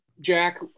Jack